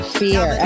fear